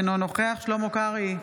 אינו נוכח שלמה קרעי,